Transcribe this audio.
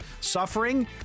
suffering